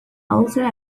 also